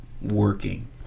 working